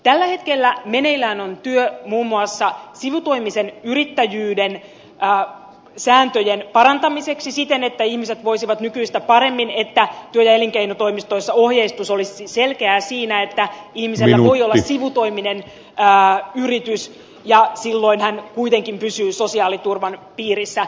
tällä hetkellä meneillään on työ muun muassa sivutoimisen yrittäjyyden sääntöjen parantamiseksi siten että ihmiset voisivat nykyistä paremmin ja että työ ja elinkeinotoimistoissa ohjeistus olisi selkeää siinä että ihmisellä voi olla sivutoiminen yritys jolloin hän kuitenkin pysyy sosiaaliturvan piirissä